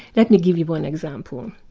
let me give you one example.